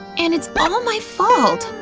and it's but all my fault.